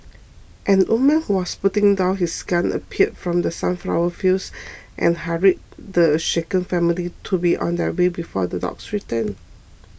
an old man who was putting down his gun appeared from the sunflower fields and hurried the shaken family to be on their way before the dogs return